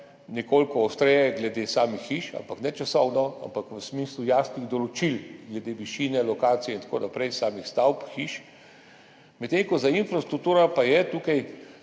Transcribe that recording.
nekoliko ostreje glede samih hiš, ne časovno, ampak v smislu jasnih določil glede višine, lokacije in tako naprej samih stavb, hiš. Medtem ko za infrastrukturo pa je tukaj,